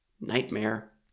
Nightmare